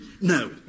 No